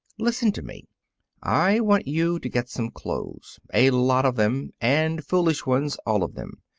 listen to me i want you to get some clothes a lot of them, and foolish ones, all of them.